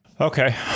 Okay